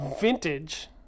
vintage